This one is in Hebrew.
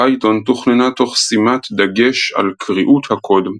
פייתון תוכננה תוך שימת דגש על קריאות הקוד,